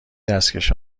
دستکش